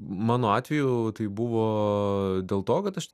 mano atveju tai buvo dėl to kad aš